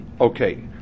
okay